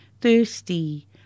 thirsty